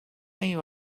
you